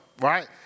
right